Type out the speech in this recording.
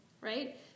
right